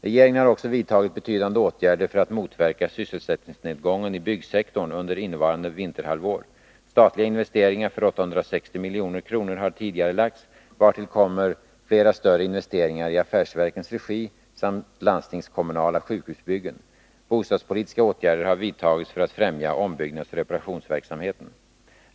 Regeringen har också vidtagit betydande åtgärder för att motverka sysselsättningsnedgången i byggsektorn under innevarande vinterhalvår. Statliga investeringar för 860 milj.kr. har tidigarelagts, vartill kommer flera större investeringar i affärsverkens regi samt landstingskommunala sjukhusbyggen. Bostadspolitiska åtgärder har vidtagits för att främja ombyggnadsoch reparationsverksamheten.